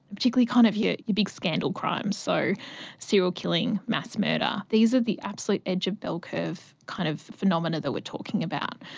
particularly kind of yeah your big scandal crimes, so serial killing, mass murder, these are the absolute edge of bell-curve kind of phenomena that we are talking about.